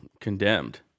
Condemned